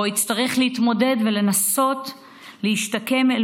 והוא יצטרך להתמודד ולנסות להשתקם אל